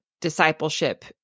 discipleship